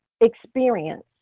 experience